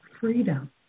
freedom